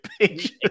pages